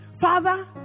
father